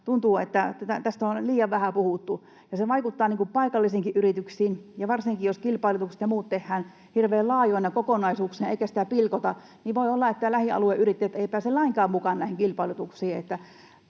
tuntuu, että tästä on liian vähän puhuttu. Se vaikuttaa paikallisiinkin yrityksiin, ja varsinkin, jos kilpailutukset ja muut tehdään hirveän laajoina kokonaisuuksina eikä sitä pilkota, voi olla, että lähialueyrittäjät eivät pääse lainkaan mukaan näihin kilpailutuksiin.